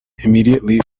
immediately